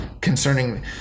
concerning